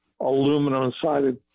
aluminum-sided